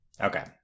okay